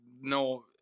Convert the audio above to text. No